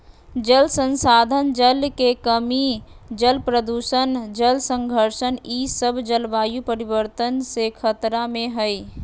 जल संसाधन, जल के कमी, जल प्रदूषण, जल संघर्ष ई सब जलवायु परिवर्तन से खतरा में हइ